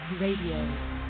Radio